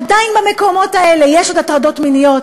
עדיין במקומות האלה יש הטרדות מיניות,